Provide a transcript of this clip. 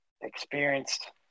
experienced